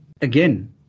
again